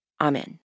Amen